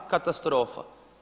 Katastrofa.